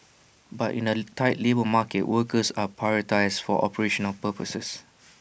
but in A tight labour market workers are prioritised for operational purposes